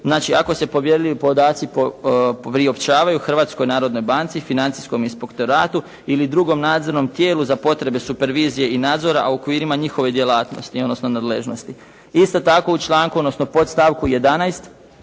znači ako se povjerljivi podaci priopćavaju Hrvatskoj narodnoj banci, financijskom inspektoratu ili drugom nadzornom tijelu za potrebe supervizije i nadzora, a u okvirima njihove djelatnosti, odnosno nadležnosti. Isto tako, u članku, odnosno podstavku 11.